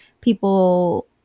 people